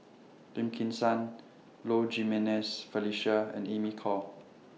Lim Kim San Low Jimenez Felicia and Amy Khor